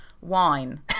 wine